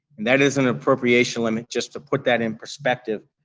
and that is an appropriation limit, just to put that in perspective,